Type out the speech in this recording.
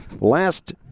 last